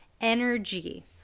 energy